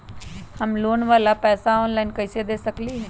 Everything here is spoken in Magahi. हम लोन वाला पैसा ऑनलाइन कईसे दे सकेलि ह?